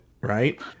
Right